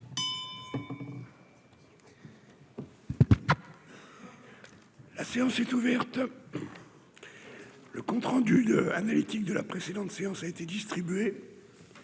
La séance est ouverte, le compte rendu analytique de la précédente séance a été distribué,